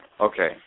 Okay